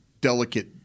delicate